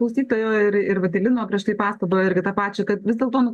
klausytojo ir ir vat į lino prieš tai pastabą irgi tą pačią kad vis dėlto nu